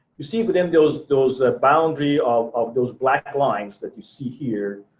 you see within those those ah boundary of of those black lines that you see here,